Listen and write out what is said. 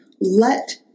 let